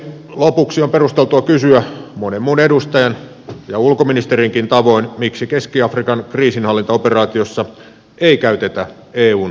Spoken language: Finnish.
lopuksi on perusteltua kysyä monen muun edustajan ja ulkoministerinkin tavoin miksi keski afrikan kriisinhallintaoperaatiossa ei käytetä eun taisteluosastoja